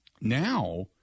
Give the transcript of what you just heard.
now